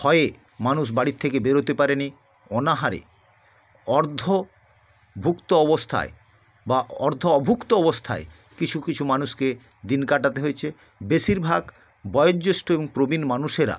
ভয়ে মানুষ বাড়ির থেকে বের হতে পারে নি অনাহারে অর্ধভুক্ত অবস্থায় বা অর্ধঅভুক্ত অবস্থায় কিছু কিছু মানুষকে দিন কাটাতে হয়েছে বেশিরভাগ বয়োজ্যেষ্ঠ এবং প্রবীণ মানুষেরা